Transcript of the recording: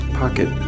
pocket